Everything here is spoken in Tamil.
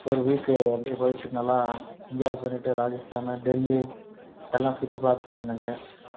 ஒரு வீக்கு அப்படி போய்விட்டு நல்லா என்ஜாய் பண்ணிவிட்டு ராஜஸ்தானு டெல்லி எல்லாம் சுற்றிப் பார்த்துட்டு வந்தேங்க